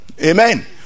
amen